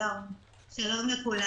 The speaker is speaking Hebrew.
שלום לכולם.